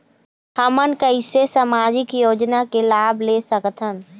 हमन कैसे सामाजिक योजना के लाभ ले सकथन?